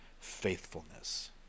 faithfulness